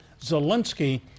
Zelensky